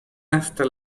hasta